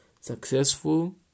successful